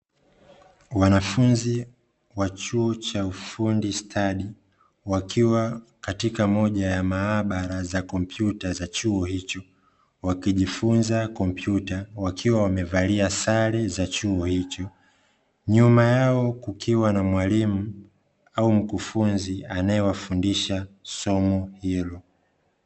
Wanafunzi wa chuo cha ufundi stadi wakiwa katika moja ya maabara za kompyuta za chuo hicho, wakijifunza kompyuta wakiwa wamevalia sare za chuo hicho nyuma yao kukiwa na mwalimu au mkufunzi anaewafundisha somo hilo.